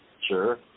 Sure